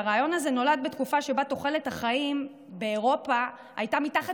הרעיון הזה נולד בתקופה שבה תוחלת החיים באירופה הייתה מתחת